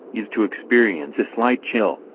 is to experience a slight chill,